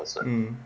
mm